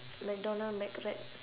mcdonald mcwrap